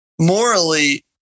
morally